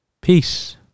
Peace